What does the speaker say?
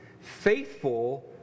faithful